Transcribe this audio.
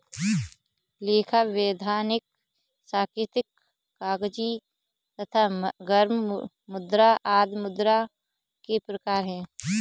लेखा, वैधानिक, सांकेतिक, कागजी तथा गर्म मुद्रा आदि मुद्रा के प्रकार हैं